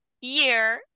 year